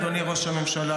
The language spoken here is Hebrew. אדוני ראש הממשלה,